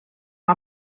mae